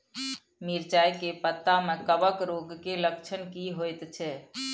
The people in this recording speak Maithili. मिर्चाय के पत्ता में कवक रोग के लक्षण की होयत छै?